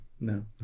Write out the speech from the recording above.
No